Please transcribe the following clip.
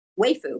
weifu